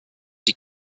die